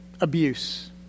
abuse